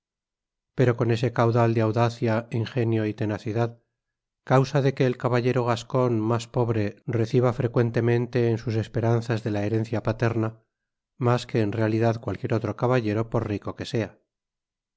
pero con ese caudal de audacia ingenio y tenacidad causa de que el caballero gascon mas pobre reciba frecuentemente en sus esperanzas de la herencia paterna mas que en realidad cualquier otro caballero por rico que sea